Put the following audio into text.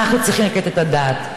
אנחנו צריכים לתת את הדעת.